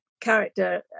character